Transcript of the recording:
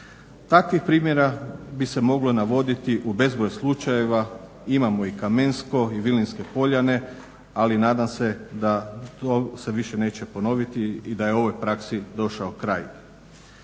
Takvih primjera bi se moglo navoditi u bezbroj slučajeva. Imamo i Kamensko i Vilinske poljane, ali nadam se da se to više neće ponoviti i da je ovoj praksi došao kraj.